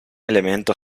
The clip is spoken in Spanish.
elemento